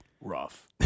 Rough